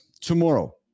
tomorrow